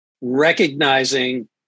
recognizing